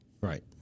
Right